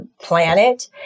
planet